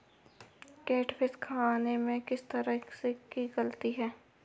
Catfish खाने में किस तरह की लगती है?